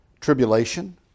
Tribulation